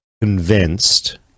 convinced